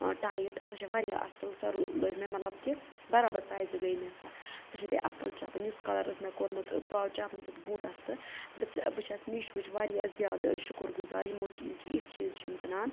ٲں ٹایِٹ سۄ چھِ واریاہ اصٕل سۄ لٲج مےٚ مطلب کہِ برابر سایزٕ گٔے مےٚ سۄ سۄ چھِ بیٚیہِ اصٕل چپٕنۍ یُس کَلَر اوس مےٚ کوٚرمُت ٲں سُہ آو چپنہِ تہِ تہٕ بوٗٹَس تہِ بہٕ چھیٚس میٖشووٕچ واریاہ زیادٕ ٲں شکر گُزار یِمو چھِ یِم چیٖز یِتھۍ چیٖز چھِ یِم کٕنان